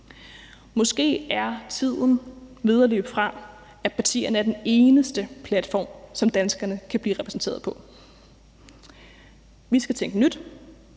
Måske er tiden ved at løbe fra, at partierne er den eneste platform, som danskerne kan blive repræsenteret på. Vi skal tænke nyt,